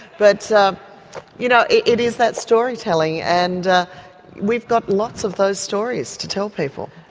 but so you know it it is that storytelling and we've got lots of those stories to tell people.